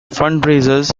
fundraisers